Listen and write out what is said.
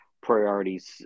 priorities